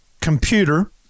computer